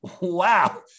Wow